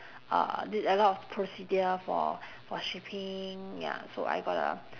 uh t~ a lots of procedure for for shipping ya so I gotta